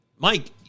Mike